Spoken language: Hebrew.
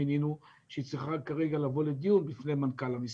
היא צריכה כרגע לבוא לדיון בפני מנכ"ל המשרד.